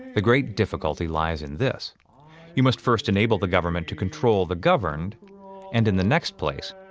the great difficulty lies in this you must first enable the government to control the governed and, in the next place,